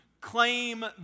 claim